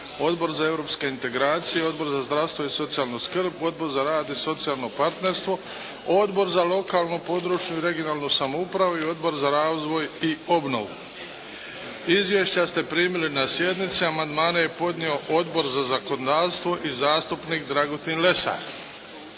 Odbor za europske integracije, Odbor za zdravstvo i socijalnu skrb, Odbor za rad i socijalno partnerstvo, Odbor za lokalnu, područnu i regionalnu samoupravu i Odbor za razvoj i obnovu. Izvješća ste primili na sjednici. Amandmane je podnio Odbor za zakonodavstvo i zastupnik Dragutin Lesar.